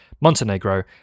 montenegro